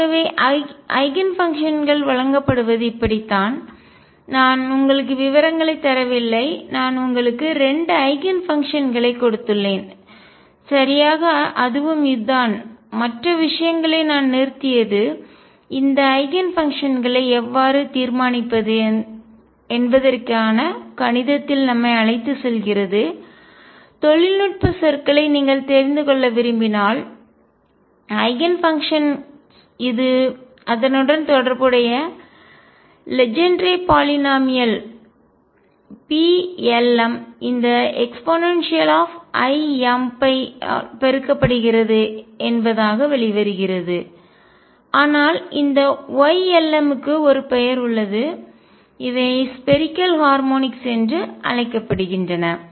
ஆகவே ஐகன்ஃபங்க்ஷன்ஸ் வழங்கப்படுவது இப்படித்தான் நான் உங்களுக்கு விவரங்களைத் தரவில்லை நான் உங்களுக்கு 2 ஐகன் ஃபங்க்ஷன்ஸ் களை கொடுத்துள்ளேன்சரியாகக் அதுவும் இதுதான் மற்ற விஷயங்களை நான் நிறுத்தியது இந்த ஐகன் ஃபங்க்ஷன்ஸ் களை எவ்வாறு தீர்மானிப்பது என்பதற்கான கணிதத்தில் நம்மை அழைத்துச் செல்கிறது தொழில்நுட்ப சொற்களை நீங்கள் தெரிந்து கொள்ள விரும்பினால் ஐகன்ஃபங்க்ஷன்ஸ் இது அதனுடன் தொடர்புடைய லெஜெண்ட்ரே பாலினாமியல்பல்லுறுப்புக்கோவைகள் Plm இந்த eimϕ பெருக்கப்படுகிறது என்பது ஆக வெளிவருகிறது ஆனால் இந்த Ylm க்கு ஒரு பெயர் உள்ளது இவை ஸ்பேரிக்கல் கோள ஹார்மோனிக்ஸ் என்று அழைக்கப்படுகின்றன